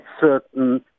certain